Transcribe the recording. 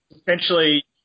essentially